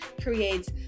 creates